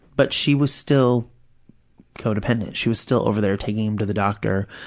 but she was still codependent. she was still over there taking him to the doctor,